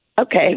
Okay